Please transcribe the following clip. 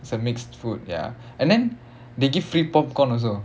it's a mixed food ya and then they give free popcorn also